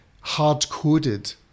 hard-coded